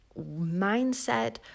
mindset